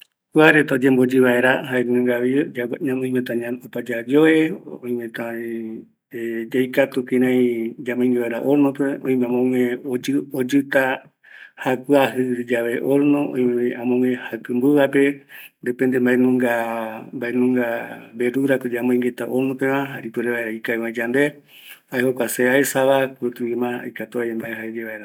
Kuareta oyemboyɨ vaera oimeta opa yayoe, oimetavi kïraï yaikatu yamboingue vaera hornope, oime amogue jakuajɨta va, oimevi jaku mbɨuvape oyiva, depende mbaenunga verdurako yamboingueta horno peva, ipuere vaera ikavi öe yande, jae jokua se aesava